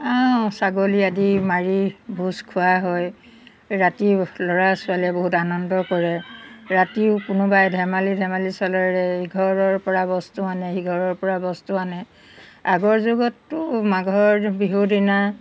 অঁ ছাগলী আদি মাৰি ভোজ খোৱা হয় ৰাতি ল'ৰা ছোৱালীয়ে বহুত আনন্দ কৰে ৰাতিও কোনোবাই ধেমালি ধেমালি চলেৰে ইঘৰৰ পৰা বস্তু আনে সিঘৰৰ পৰা বস্তু আনে আগৰ যুগততো মাঘৰ বিহুৰ দিনা